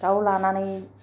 दाउ लानानै